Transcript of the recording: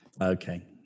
okay